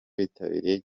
bitabiriye